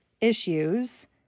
issues